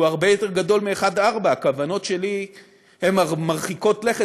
שהוא הרבה יותר גדול מ-1 4. הכוונות שלי הן מרחיקות לכת